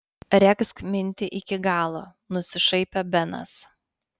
regzk mintį iki galo nusišaipė benas